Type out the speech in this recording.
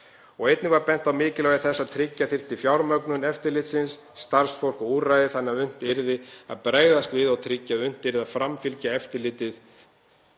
Einnig var bent á mikilvægi þess að tryggja þyrfti fjármögnun eftirlitsins, starfsfólk og úrræði þannig að unnt yrði að bregðast við og tryggja að unnt yrði að framfylgja eftirlitið